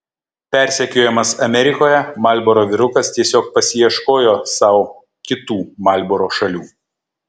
persekiojamas amerikoje marlboro vyrukas tiesiog pasiieškojo sau kitų marlboro šalių